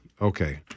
okay